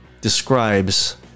describes